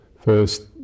first